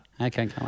Okay